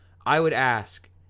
i would ask,